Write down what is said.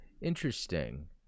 interesting